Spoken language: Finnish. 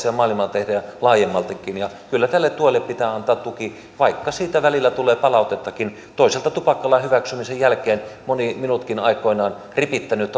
ja maailmalla tehdään laajemmaltikin kyllä tälle työlle pitää antaa tuki vaikka siitä välillä tulee palautettakin toisaalta tupakkalain hyväksymisen jälkeen moni minutkin aikoinaan ripittänyt